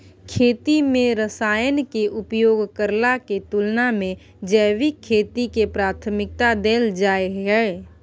खेती में रसायन के उपयोग करला के तुलना में जैविक खेती के प्राथमिकता दैल जाय हय